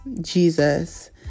Jesus